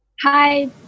hi